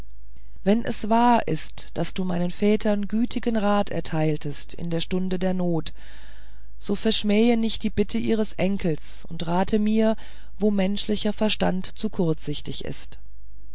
wenn es wahr ist daß du meinen vätern gütigen rat erteiltest in der stunde der not so verschmähe nicht die bitte ihres enkels und rate mir wo menschlicher verstand zu kurzsichtig ist